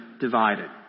divided